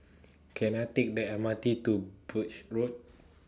Can I Take The M R T to Birch Road